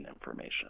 information